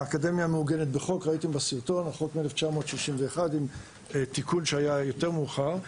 האקדמיה מעוגנת בחוק מ-1961 עם תיקון שהיה יותר מאוחר.